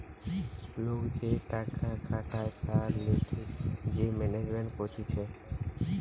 লোক যে টাকা খাটায় তার লিগে যে ম্যানেজমেন্ট কতিছে